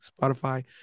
Spotify